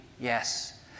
Yes